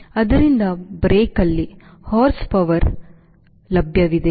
ಆದ್ದರಿಂದ ಬ್ರೇಕ್ನಲ್ಲಿ Horsepower ಶಕ್ತಿ ಲಭ್ಯವಿದೆ